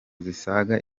zisaga